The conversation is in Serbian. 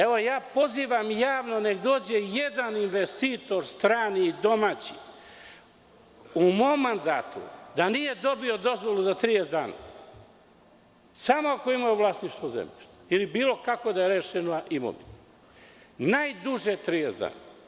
Evo, ja pozivam javno nek dođe jedan investitor strani i domaći u mom mandatu da nije dobio dozvolu za 30 dana, samo ako ima u vlasništvu zemljište, ili bilo kako da je rešena imovina, najduže 30 dana.